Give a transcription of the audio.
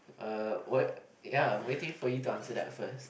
uh ya waiting for you to answer that first